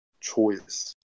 choice